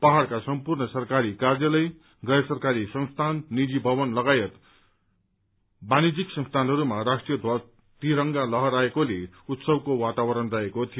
पहाड़का सम्पूर्ण सरकारी कार्यालय गैर सरकारी संस्थान नीजि भवन लगायत साथै वाणिज्यीक संस्थानहरूमा राष्ट्रीय ध्वज तिरंगा लहराएकोले उत्सवको वातावरण रहेको थियो